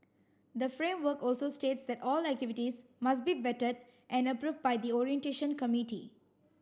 the framework also states that all activities must be vetted and approved by the orientation committee